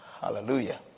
Hallelujah